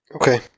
Okay